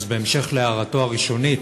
אז בהמשך להערתו הראשונית